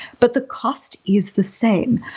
but the cost is the same.